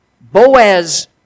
Boaz